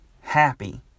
happy